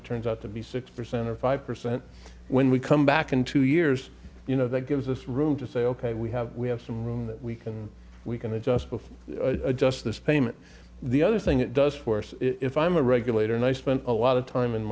it turns out to be six percent or five percent when we come back in two years you know that gives us room to say ok we have we have some room that we can we can adjust before adjust this payment the other thing it does for us if i'm a regulator and i spent a lot of time in